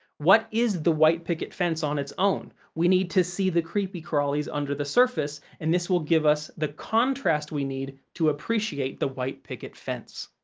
what is the white picket fence on its own? we need to see the creepy crawlies under the surface, and this will give us the contrast we need to appreciate the white picket fence.